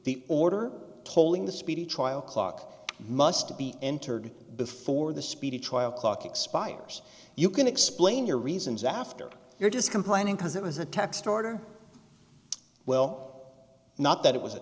the order tolling the speedy trial clock must be entered before the speedy trial clock expires you can explain your reasons after you're just complaining because it was a text order well not that it was a